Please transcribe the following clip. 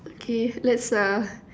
okay let's uh